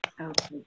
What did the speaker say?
Okay